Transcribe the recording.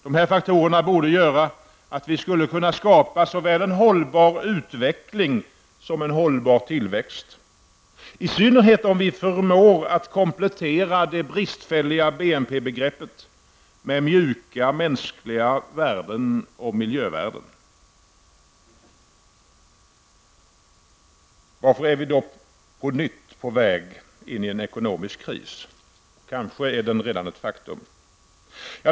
Dessa faktorer borde göra att vi skulle kunna skapa såväl en hållbar utveckling som en hållbar tillväxt, i synnerhet om vi förmår komplettera det bristfälliga BNP-begreppet med mjuka mänskliga värden och miljövärden. Varför är vi på nytt på väg in i en ekonomisk kris? Kanske är den redan ett faktum.